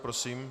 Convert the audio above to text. Prosím.